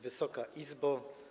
Wysoka Izbo!